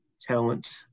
talent